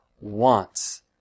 wants